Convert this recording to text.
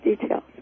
details